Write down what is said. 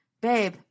babe